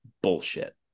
bullshit